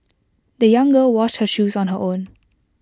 the young girl washed her shoes on her own